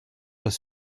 doit